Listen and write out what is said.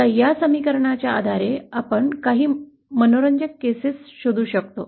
आता या समीकरणाच्या आधारे आपण काही मनोरंजक घटना शोधू शकतो